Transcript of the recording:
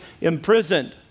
imprisoned